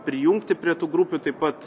prijungti prie tų grupių taip pat